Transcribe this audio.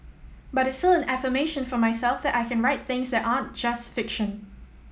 but it's affirmation for myself that I can write things that aren't just fiction